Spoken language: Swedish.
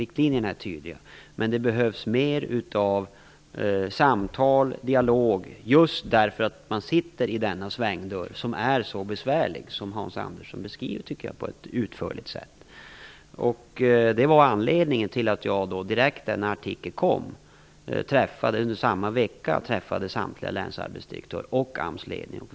Riktlinjerna är tydliga, men det behövs mer av samtal och dialog, just för att man sitter i denna svängdörr som är så besvärlig. Jag tycker att Hans Andersson beskrev detta på ett utförligt sätt. Detta var anledningen till att jag, när artikeln kom, samma vecka träffade samtliga länsarbetsdirektörer och även AMS-ledningen.